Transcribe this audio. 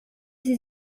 sie